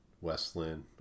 Westland